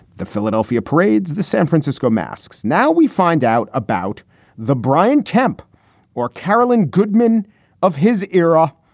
the philadelphia parades, the san francisco masks. now we find out about the brian kemp or carolyn goodman of his era.